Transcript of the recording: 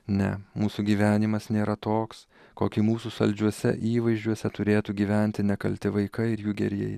ne mūsų gyvenimas nėra toks kokį mūsų saldžiuose įvaizdžiuose turėtų gyventi nekalti vaikai ir jų gerieji